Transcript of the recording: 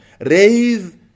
Raise